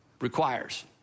requires